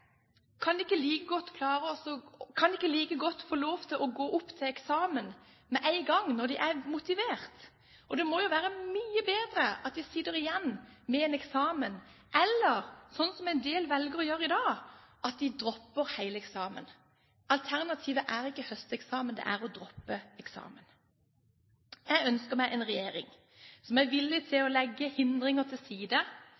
Kan de ikke like godt få lov til å gå opp til eksamen med en gang, når de er motivert? Det må jo være mye bedre at de sitter igjen med en eksamen enn det en del velger å gjøre i dag, at de dropper hele eksamen. Alternativet er ikke høsteksamen, det er å droppe eksamen. Jeg ønsker meg en regjering som er villig